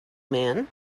man